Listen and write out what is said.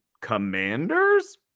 Commanders